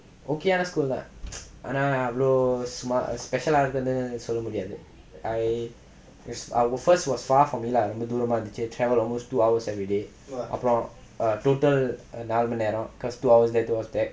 okay school lah ஆனா அவ்ளோ:anaa avlo special இருந்துனு சொல்ல முடியாது:irunthunu solla mudiyathu first it was far for me lah travel almost two hours everyday அப்றம்:apram total நாலு மணி நேரம்:naalu mani neram cause two hours there two hours back